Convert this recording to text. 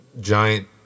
giant